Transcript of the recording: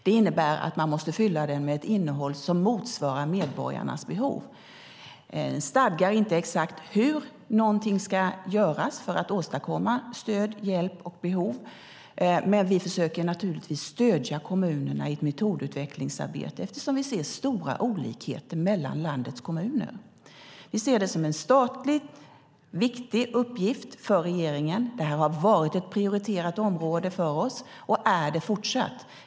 Det innebär att man måste fylla den med ett innehåll som motsvarar medborgarnas behov. Den stadgar inte exakt hur man ska göra för att åstadkomma stöd, hjälp och behov, men vi försöker naturligtvis stödja kommunerna i ett metodutvecklingsarbete eftersom vi ser stora olikheter mellan landets kommuner. Vi ser det som en statlig, viktig uppgift för regeringen. Detta har varit ett prioriterat område för oss och är det fortsatt.